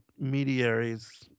intermediaries